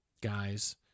guys